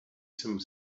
some